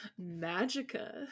Magica